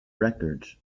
records